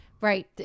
Right